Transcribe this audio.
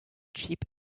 cheap